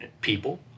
people